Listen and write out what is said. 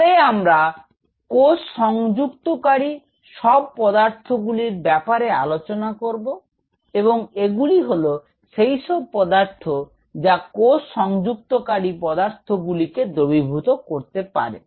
পরে আমরা কোষ সংযুক্তকারী সব পদার্থগুলির ব্যাপারে আলোচনা করব এবং এগুলি হল সেই সব পদার্থ যা কোষ সংযুক্তকারী পদার্থগুলিকে দ্রবীভূত করতে পারে